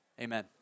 amen